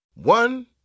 One